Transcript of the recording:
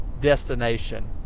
destination